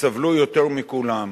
שסבלו יותר מכולם.